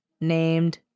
named